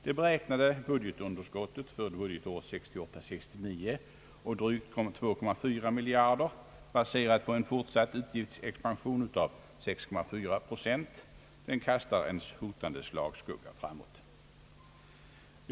Det beräknade budgetunderskottet för budgetåret 1968/69 på drygt 2,4 miljarder, baserat på en fortsatt utgiftsexpansion av 6,4 procent, kastar en hotande slagskugga framför sig.